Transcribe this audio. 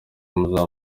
muzaba